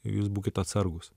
jūs būkit atsargūs